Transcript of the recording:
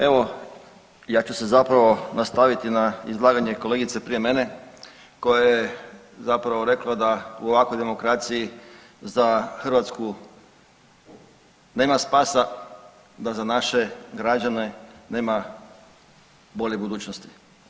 Evo ja ću se zapravo nastaviti na izlaganje kolegice prije mene koja je zapravo rekla da u ovakvoj demokraciji za Hrvatsku nema spasa, da za naše građane nema bolje budućnosti.